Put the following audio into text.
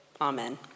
Amen